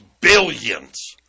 billions